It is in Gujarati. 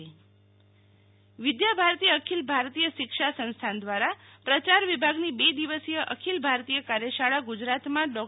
શીતલ વૈશ્નવ વિદ્યાભારતી વિદ્યાભારતી અખિલ ભારતીય શિક્ષા સંસ્થાનદ્વારા પ્રચાર વિભાગની બે દિવસીય અખિલ ભારતીય કાર્યશાળા ગુજરાતમાં ડાં